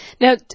Now